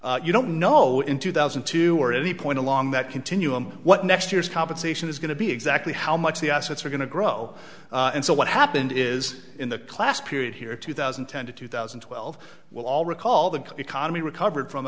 you don't know in two thousand and two or any point along that continuum what next year's compensation is going to be exactly how much the assets are going to grow and so what happened is in the class period here two thousand and ten to two thousand and twelve we'll all recall the economy recovered from